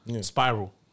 spiral